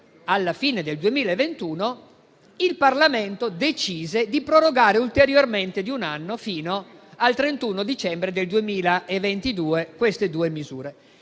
alla fine del 2021, il Parlamento decise di prorogare ulteriormente di un anno, fino al 31 dicembre 2022, queste due misure.